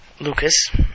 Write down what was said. Lucas